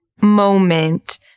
moment